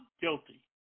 guilty